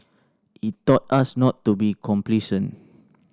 it taught us not to be complacent